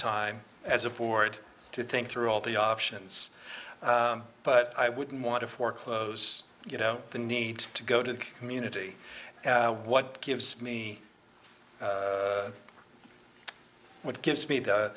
time as a board to think through all the options but i wouldn't want to foreclose you know the need to go to the community what gives me what gives me the